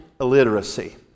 illiteracy